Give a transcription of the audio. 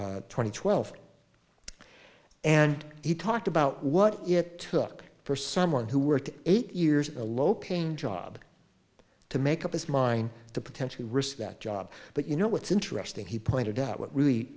e twenty twelve and he talked about what it took for someone who worked eight years in a low paying job to make up his mind to potentially risk that job but you know what's interesting he pointed out what really